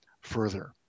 further